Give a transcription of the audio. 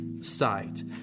sight